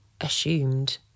assumed